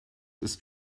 ist